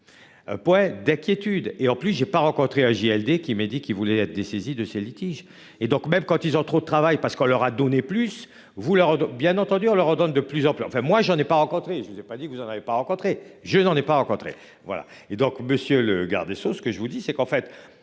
Près d'inquiétude et en plus j'ai pas rencontré à JLD qui m'a dit qu'il voulait être dessaisi de ce litige et donc même quand ils ont trop de travail parce qu'on leur a donné plus vous bien entendu. On leur donne de plus en plus enfin moi j'en ai pas rencontré, je ne sais pas dit que vous en avez pas rencontrée. Je n'en ai pas rencontré. Voilà et donc monsieur le garde des Sceaux. Ce que je vous dis, c'est qu'en fait